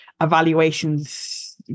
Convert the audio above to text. evaluations